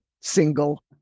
single